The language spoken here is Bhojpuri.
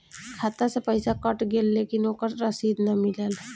खाता से पइसा कट गेलऽ लेकिन ओकर रशिद न मिलल?